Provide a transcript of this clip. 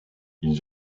ils